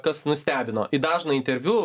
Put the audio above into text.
kas nustebino į dažną interviu